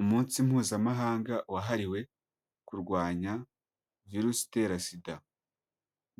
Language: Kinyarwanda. Umunsi mpuzamahanga wahariwe kurwanya virusi itera sida,